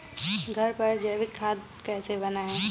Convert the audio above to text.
घर पर जैविक खाद कैसे बनाएँ?